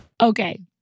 Okay